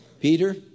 Peter